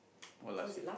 or last year